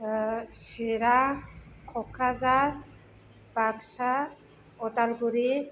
Chirang Kokrajhar Baksa Udalguri